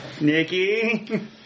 Nikki